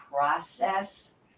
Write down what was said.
process